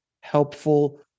helpful